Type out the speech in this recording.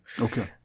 Okay